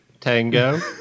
Tango